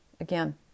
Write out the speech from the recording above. again